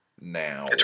now